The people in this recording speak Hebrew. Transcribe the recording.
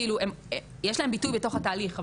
כאילו יש להן ביטוי בתוך התהליך,